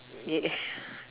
yes